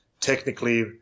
Technically